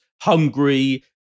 hungry